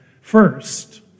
first